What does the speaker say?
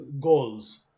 goals